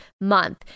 month